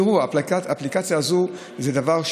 האפליקציה הזאת היא אירוע.